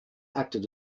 acted